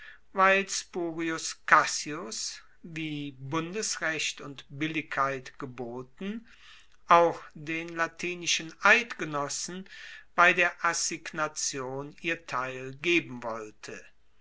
spurius cassius wie bundesrecht und billigkeit geboten auch den latinischen eidgenossen bei der assignation ihr teil geben wollte